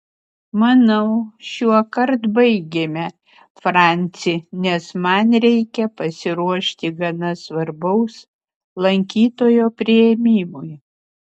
manau šiuokart baigėme franci nes man reikia pasiruošti gana svarbaus lankytojo priėmimui